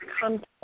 come